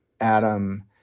Adam